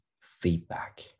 feedback